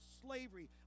slavery